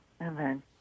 Amen